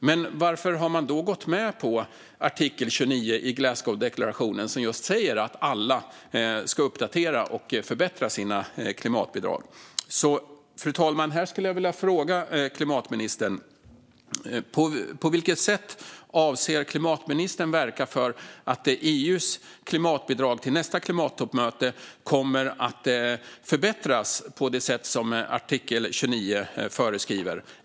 Men varför har man då gått med på artikel 29 i Glasgowdeklarationen, som just säger att alla ska uppdatera och förbättra sina klimatbidrag? Fru talman! Jag skulle vilja fråga klimatministern: På vilket sätt avser hon att verka för att EU:s klimatbidrag till nästa klimattoppmöte kommer att förbättras på det sätt som artikel 29 föreskriver?